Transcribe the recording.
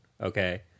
okay